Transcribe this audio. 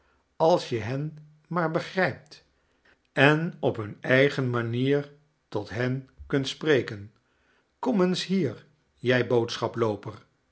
als je hen maar begrijpt en op tan eigen manier tot hen kunt spreken kom eens hier jij boodschaplooper